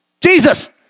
Jesus